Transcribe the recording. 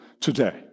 today